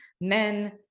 men